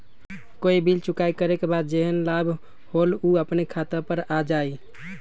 कोई बिल चुकाई करे के बाद जेहन लाभ होल उ अपने खाता पर आ जाई?